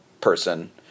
person